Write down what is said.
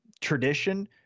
tradition